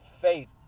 faith